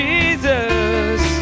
Jesus